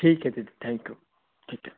ਠੀਕ ਐ ਦੀਦੀ ਥੈਂਕਯੂ ਠੀਕ ਐ